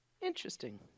Interesting